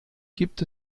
gibt